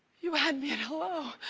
you had me at hello.